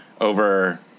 over